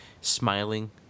smiling